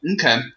Okay